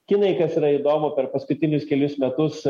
kinai kas yra įdomu per paskutinius kelis metus